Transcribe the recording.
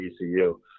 ECU